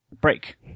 break